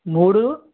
మూడు